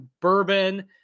bourbon